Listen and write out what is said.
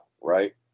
Right